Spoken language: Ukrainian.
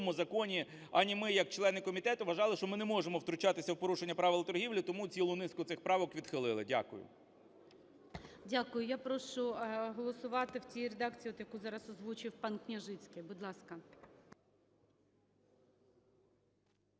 Дякую. Я прошу голосувати в цій редакції, от яку зараз озвучив пан Княжицький. Будь ласка.